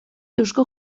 eusko